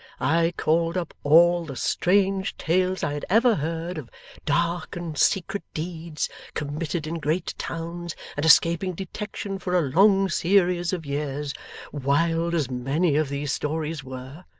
i called up all the strange tales i had ever heard of dark and secret deeds committed in great towns and escaping detection for a long series of years wild as many of these stories were,